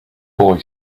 boy